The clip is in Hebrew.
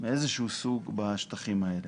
מאיזשהו סוג בשטחים האלה.